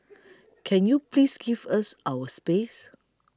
can you please give us our space